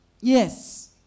Yes